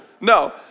No